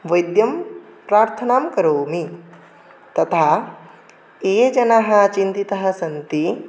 वैद्यं प्रार्थनां करोमि तथा ये जनाः चिन्तिताः सन्ति